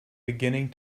beginning